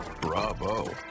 Bravo